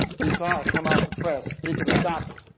he saw it come off the press. he could have stopped it.